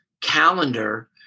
calendar